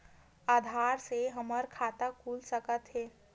आधार से हमर खाता खुल सकत हे?